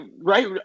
right